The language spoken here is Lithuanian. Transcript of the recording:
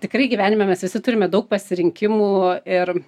tikrai gyvenime mes visi turime daug pasirinkimų ir